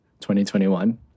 2021